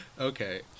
Okay